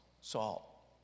salt